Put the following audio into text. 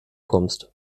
kommst